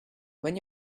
when